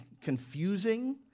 confusing